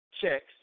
checks